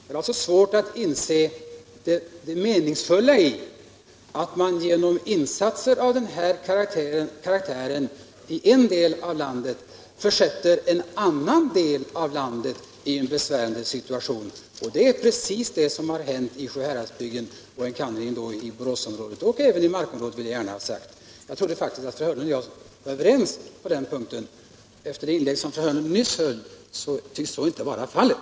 Jag har alltså svårt att inse det meningsfulla i att man genom insatser av den här karaktären i en del av landet försätter en annan del av landet i en besvärlig situation. Det är just det som har hänt i Sjuhäradsbygden, enkannerligen då i Boråsområdet — och även i Marks kommun, det vill jag gärna ha sagt. Jag trodde faktiskt att fru Hörnlund och jag var överens på den punkten, men efter det inlägg som hon nyss höll tycks så inte vara fallet.